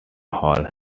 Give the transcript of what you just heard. hole